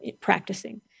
practicing